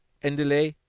and delay,